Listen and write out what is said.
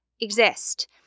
exist